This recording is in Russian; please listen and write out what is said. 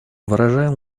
выражаем